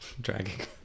dragging